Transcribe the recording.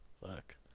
Fuck